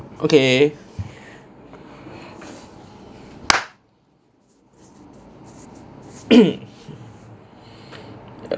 okay